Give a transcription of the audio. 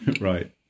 Right